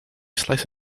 slices